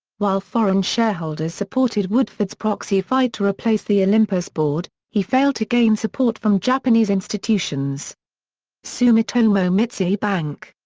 while foreign shareholders supported woodford's proxy fight to replace the olympus board, he failed to gain support from japanese institutions sumitomo mitsui bank,